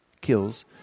kills